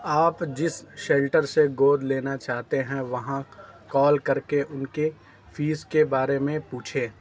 آپ جس شیلٹر سے گود لینا چاہتے ہیں وہاں کال کر کے ان کی فیس کے بارے میں پوچھیں